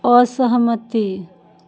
असहमति